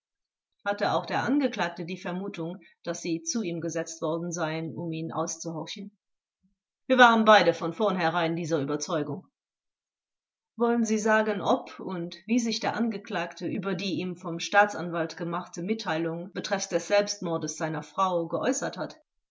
hatte auch der angeklagte die vermutung daß sie zu ihm gesetzt worden seien um ihn auszuhorchen zeuge wir waren beide von vornherein dieser überzeugung vors wollen sie sagen ob und wie sich der angeklagte über die ihm vom staatsanwalt gemachte mitteilung betreffs des selbstmordes seiner frau geäußert hat